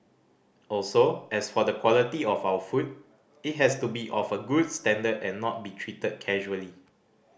also as for the quality of our food it has to be of a good standard and not be treated casually